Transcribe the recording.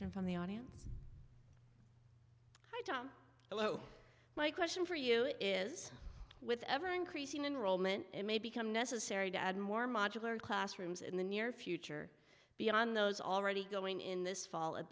from the audience i don't oh my question for you is with ever increasing enrollment it may become necessary to add more modular classrooms in the near future beyond those already going in this fall at